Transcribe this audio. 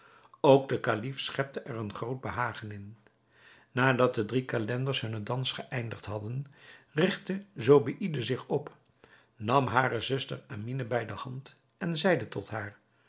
ook de kalif schepte er een groot behagen in nadat de drie calenders hunnen dans geeindigd hadden rigtte zobeïde zich op nam hare zuster amine bij de hand en zeide tot haar